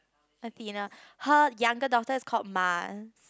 Athena her younger daughter is called Mars